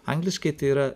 angliškai tai yra